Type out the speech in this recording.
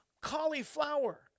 Cauliflower